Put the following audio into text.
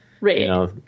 Right